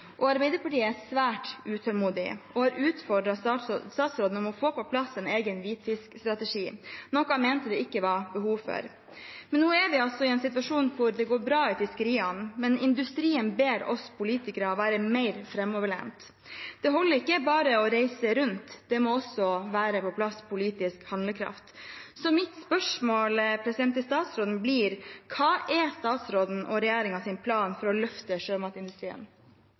Arbeiderpartiet er svært utålmodig og har utfordret statsråden for å få på plass en egen hvitfiskstrategi, noe han mente det ikke var behov for. Nå er vi i en situasjon der det går bra i fiskeriene, men industrien ber oss politikere være mer framoverlent. Det holder ikke bare å reise rundt, politisk handlekraft må også være på plass. Mitt spørsmål til statsråden blir: Hva er statsråden og regjeringens plan for å løfte sjømatindustrien?